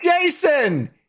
Jason